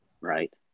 right